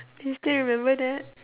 do you still remember that